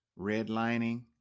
redlining